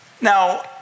Now